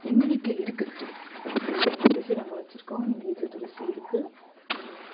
எங்கள் வீட்டில் இருக்குது எங்கள் வீட்டில் துளசி நாங்கள் வெச்சுருக்கோம் எங்கள் வீட்டில் துளசி இருக்குது